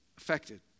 affected